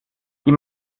die